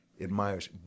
admires